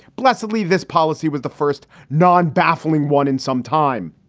blessedly, this policy was the first non baffling one in some time.